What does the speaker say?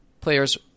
players